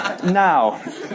Now